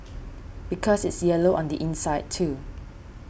because it's yellow on the inside too